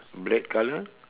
black colour